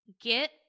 get